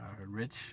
rich